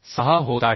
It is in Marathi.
6 होत आहे